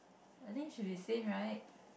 I think should be same right